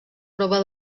prova